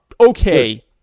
Okay